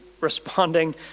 responding